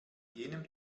jenem